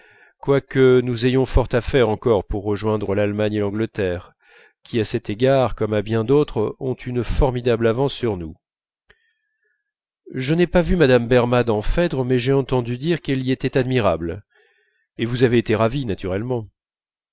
quoique nous ayons fort à faire encore pour rejoindre l'allemagne et l'angleterre qui à cet égard comme à bien d'autres ont une formidable avance sur nous je n'ai pas vu mme berma dans phèdre mais j'ai entendu dire qu'elle y était admirable et vous avez été ravi naturellement